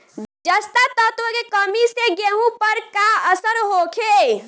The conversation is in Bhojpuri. जस्ता तत्व के कमी से गेंहू पर का असर होखे?